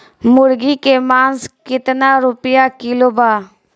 मुर्गी के मांस केतना रुपया किलो बा?